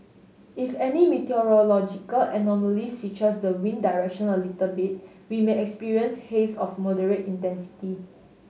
if any meteorological anomaly switches the wind direction a little bit we may experience haze of moderate intensity